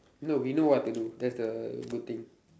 no we know what to do that's the good thing